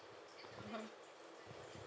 mmhmm